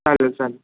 चालेल चालेल